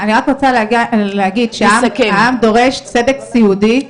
אני רק חייבת לומר שהעם דורש צדק סיעודי,